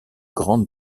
grande